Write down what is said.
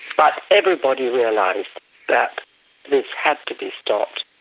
but everybody realised that this had to be stopped,